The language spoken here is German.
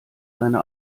seine